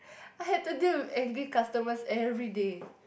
I had to deal with angry customers every day